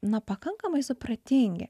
na pakankamai supratingi